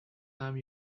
time